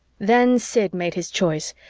then sid made his choice,